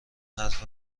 حرف